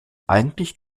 eigentlich